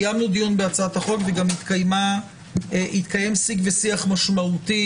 קיימנו דיון בהצעת החוק וגם התקיים שיג ושיח משמעותי,